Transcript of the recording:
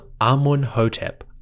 Amun-hotep